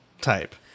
type